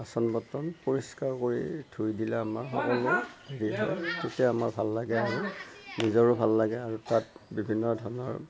বাচন বৰ্তন পৰিস্কাৰ কৰি ধুই দিলে আমাৰ সকলো হেৰি হয় তেতিয়া আমাৰ ভাল লাগে আৰু নিজৰো ভাল লাগে আৰু তাত বিভিন্ন ধৰণৰ